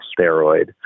steroid